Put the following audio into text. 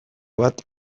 bat